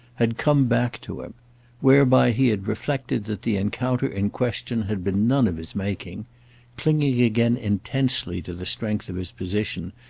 had come back to him whereby he had reflected that the encounter in question had been none of his making clinging again intensely to the strength of his position,